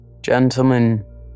Gentlemen